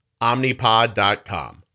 Omnipod.com